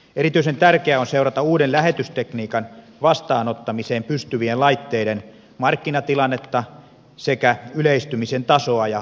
erityisen tärkeää on seurata uuden lähetystekniikan vastaanottamiseen pysty vien laitteiden markkinatilannetta sekä yleistymisen tasoa ja nopeutta